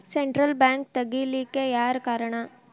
Central bank ತಗಿಲಿಕ್ಕೆಯಾರ್ ಕಾರಣಾ?